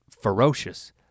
ferocious